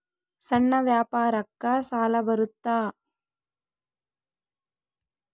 ಸಣ್ಣ ವ್ಯಾಪಾರಕ್ಕ ಸಾಲ ಬರುತ್ತಾ?